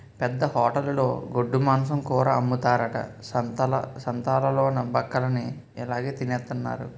పెద్ద హోటలులో గొడ్డుమాంసం కూర అమ్ముతారట సంతాలలోన బక్కలన్ని ఇలాగె తినెత్తన్నారు